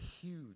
huge